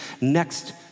next